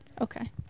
Okay